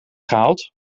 gehaald